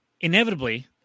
inevitably